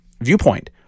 viewpoint